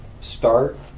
start